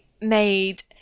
made